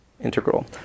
integral